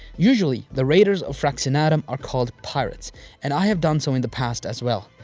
usually, the raiders of fraxinetum are called pirates and i have done so in the past as well.